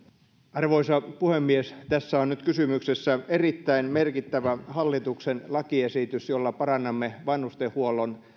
arvoisa puhemies tässä on nyt kysymyksessä erittäin merkittävä hallituksen lakiesitys jolla parannamme vanhustenhuollon